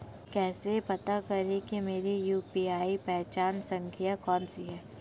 कैसे पता करें कि मेरी यू.पी.आई पहचान संख्या कौनसी है?